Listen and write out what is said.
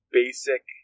basic